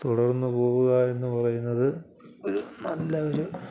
തുടർന്നു പോകുക എന്നു പറയുന്നത് ഒരു നല്ല ഒരു